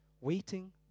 Waiting